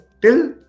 till